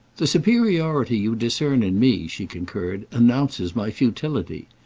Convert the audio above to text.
the superiority you discern in me, she concurred, announces my futility.